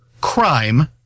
crime